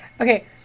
Okay